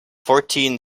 fourteen